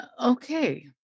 Okay